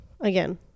Again